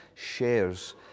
shares